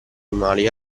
animali